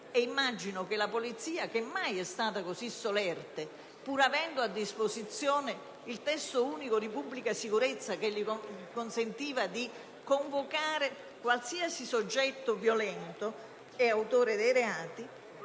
immagino che la polizia, che mai è stata così solerte, pur avendo a disposizione il testo unico di pubblica sicurezza che le consentiva di convocare qualsiasi soggetto violento e autore dei reati,